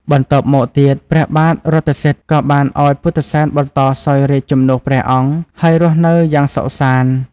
បន្ទាប់មកទៀតព្រះបាទរថសិទ្ធិក៏បានឲ្យពុទ្ធិសែនបន្តសោយរាជ្យជំនួសព្រះអង្គ ហើយរស់នៅយ៉ាងសុខសាន្ត។